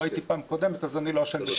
לא הייתי בפעם קודמת אז אני לא אשם בכלום.